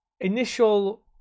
initial